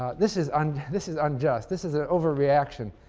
ah this is and this is unjust this is an overreaction.